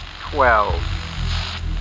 twelve